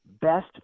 best